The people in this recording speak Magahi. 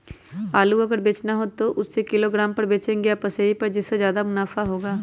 आलू अगर बेचना हो तो हम उससे किलोग्राम पर बचेंगे या पसेरी पर जिससे ज्यादा मुनाफा होगा?